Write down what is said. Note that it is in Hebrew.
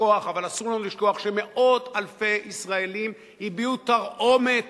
לשכוח אבל אסור לנו לשכוח שמאות אלפי ישראלים הביעו תרעומת